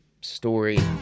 story